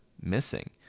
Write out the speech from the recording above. missing